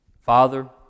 Father